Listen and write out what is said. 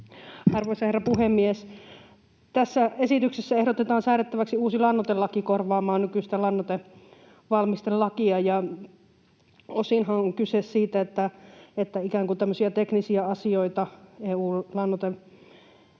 Arvoisa herra puhemies! Tässä esityksessä ehdotetaan säädettäväksi uusi lannoitelaki korvaamaan nykyistä lannoitevalmistelakia, ja osinhan on kyse siitä, että ikään kuin tämmöisiä teknisiä asioita EU:n lannoiteasetuksesta